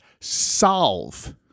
solve